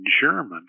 German